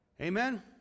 Amen